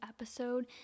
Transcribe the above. episode